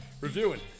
reviewing